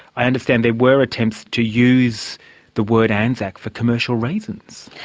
i understand there were attempts to use the word anzac for commercial reasons.